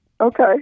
okay